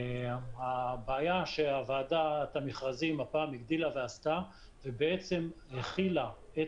הבעיה שוועדת המכרזים הפעם הגדילה ועשתה והחילה את